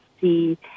see